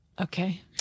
Okay